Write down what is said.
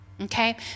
Okay